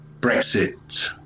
Brexit